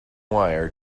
wire